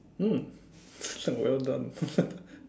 mm well done